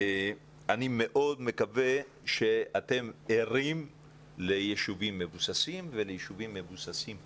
אני מאוד מקווה שאתם ערים לישובים מבוססים ולישובים מבוססים פחות,